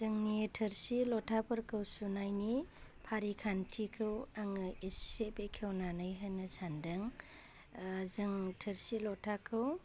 जोंनि थोरसि लथाफोरखौ सुनायनि फारिखान्थिखौ आङो एसे बेखेवनानै होनो सान्दों जों थोरसि लथाखौ